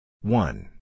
One